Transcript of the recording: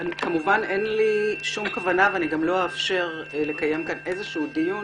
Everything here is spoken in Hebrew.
כמובן אין לי שום כוונה ואני גם לא אאפשר לקיים כאן איזה דיון